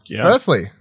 Firstly